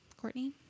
Courtney